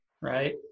right